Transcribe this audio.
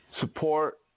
support